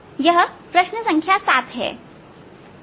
यह प्रश्न संख्या 7 है